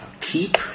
keep